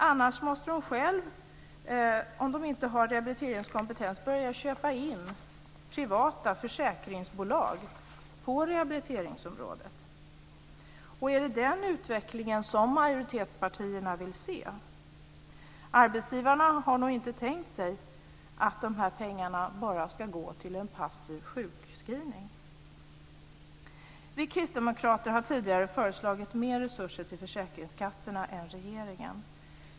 Annars måste de som inte själva har rehabiliteringskompetens börja köpa in privata försäkringsbolag på rehabiliteringsområdet. Är det den utvecklingen som majoritetspartierna vill se? Arbetsgivarna har nog inte tänkt sig att dessa pengar bara ska gå till en passiv sjukskrivning. Vi kristdemokrater har tidigare föreslagit mer resurser till försäkringskassorna än regeringen.